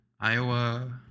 Iowa